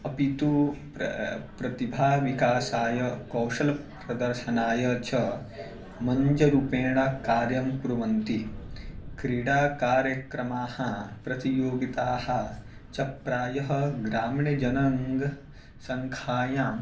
अपि तु प्रतिभाविकासाय कौशलप्रदर्शनाय च मनोरञ्जनरूपेण कार्यं कुर्वन्ति क्रीडाकार्यक्रमाः प्रतियोगिताः च प्रायः ग्रामीणजनान् संख्यायां